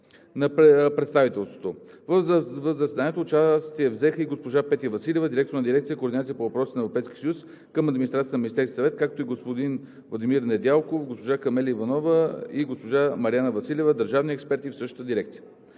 В заседанието участие взеха и госпожа Петя Василева – директор на дирекция „Координация по въпросите на Европейския съюз“ към администрацията на Министерския съвет, както и господин Владимир Недялков, госпожа Камелия Иванова и госпожа Мариана Василева – държавни експерти в същата дирекция.